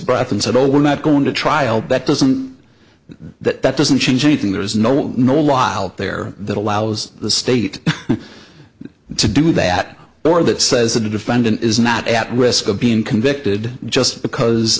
breath and said oh we're not going to trial but doesn't that that doesn't change anything there is no no law out there that allows the state to do that or that says the defendant is not at risk of being convicted just because